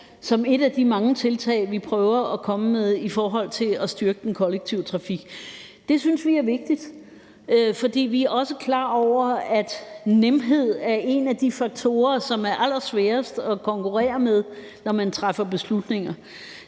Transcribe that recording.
som et af de mange tiltag, vi prøver at komme med i forhold til at styrke den kollektive trafik. Det synes vi er vigtigt, for vi er også klar over, at nemhed er en af de faktorer, som er allersværest at konkurrere med, når man træffer beslutninger.